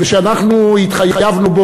ושאנחנו התחייבנו בו,